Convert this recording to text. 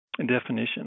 definition